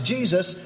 Jesus